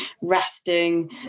resting